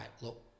look